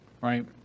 right